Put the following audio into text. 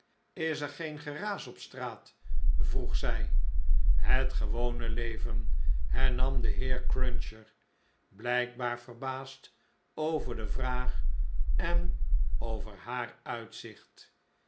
is er geen geraas op straat vroeg zij het gewone leven hernam de heer cruncher blijkbaar verbaasd over de vraag en over haar uitzicht